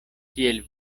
kiel